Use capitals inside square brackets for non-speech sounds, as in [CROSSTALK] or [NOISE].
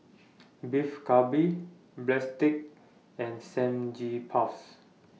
Beef Galbi Breadsticks and [UNINTELLIGIBLE]